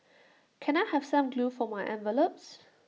can I have some glue for my envelopes